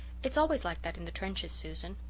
it's always like that in the trenches, susan.